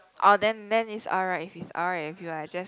orh then then it's alright it's alright if you are just